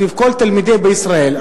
סביב כל התלמידים בישראל,